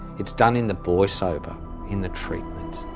it's done in the voice-over, in the treatment.